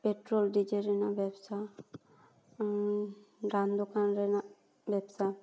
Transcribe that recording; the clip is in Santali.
ᱯᱮᱴᱨᱳᱞ ᱰᱤᱡᱮᱞ ᱨᱮᱱᱟᱜ ᱵᱮᱵᱥᱟ ᱨᱟᱱ ᱫᱚᱠᱟᱱ ᱨᱮᱱᱟᱜ ᱵᱮᱵᱥᱟ